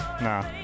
nah